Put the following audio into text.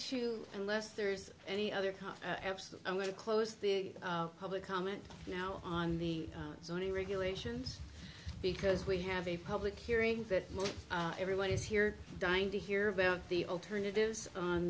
to unless there's any other cause i'm going to close the public comment now on the zoning regulations because we have a public hearing that everyone is here dying to hear about the alternatives on